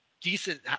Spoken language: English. decent